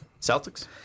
Celtics